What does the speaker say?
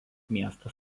miesto